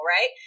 Right